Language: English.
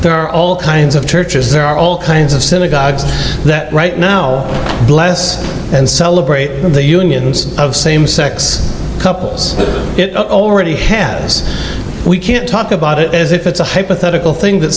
there are all kinds of churches there are all kinds of synagogues that right now bless and celebrate the union of same sex couples it already we can't talk about it as if it's a hypothetical thing that